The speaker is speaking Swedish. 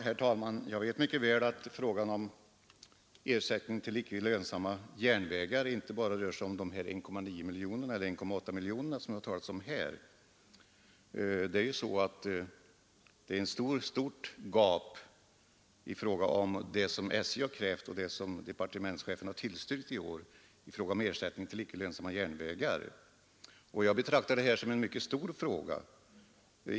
Herr talman! Jag vet mycket väl att frågan om ersättning till icke lönsamma järnvägar gäller mer än 1,9 miljoner kronor som det här talats om. Det är ett stort gap mellan det som SJ har krävt och det som departementschefen har tillstyrkt i år i fråga om ersättning till icke lönsamma järnvägar. Jag betraktar detta som en mycket stor fråga.